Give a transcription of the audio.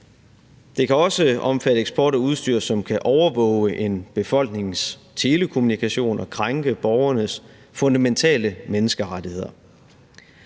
Det kan også omfatte eksport af udstyr, som kan overvåge en befolknings telekommunikation og krænke borgernes fundamentale menneskerettigheder.